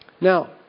Now